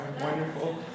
wonderful